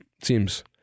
seems